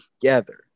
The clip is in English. together